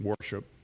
worship